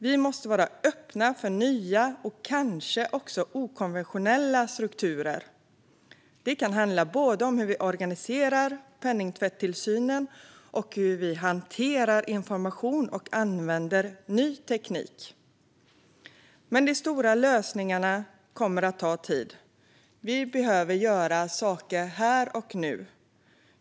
Vi måste vara öppna för nya och kanske också okonventionella strukturer. Det kan handla både om hur vi organiserar penningtvättstillsynen och om och hur vi hanterar information och använder ny teknik. Men de stora lösningarna kommer att ta tid. Vi måste göra saker här och nu.